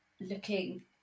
looking